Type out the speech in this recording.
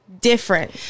different